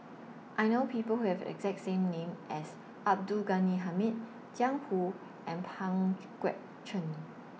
I know People Who Have exact same name as Abdul Ghani Hamid Jiang Hu and Pang Guek Cheng